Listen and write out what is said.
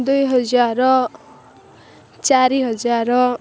ଦୁଇ ହଜାର ଚାରି ହଜାର